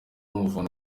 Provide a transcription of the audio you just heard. umufana